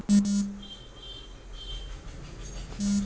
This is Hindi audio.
मेरे गांव में भूमि अभिलेख के कार्य के लिए सरकार ने लेखपाल की नियुक्ति की है